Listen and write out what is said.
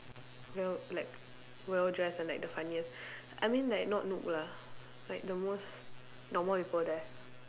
well like well dressed and like the funniest I mean like not noob lah like the most normal people there